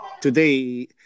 Today